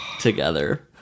together